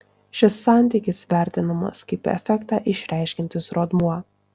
šis santykis vertinamas kaip efektą išreiškiantis rodmuo